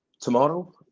tomorrow